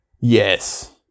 Yes